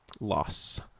Loss